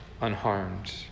unharmed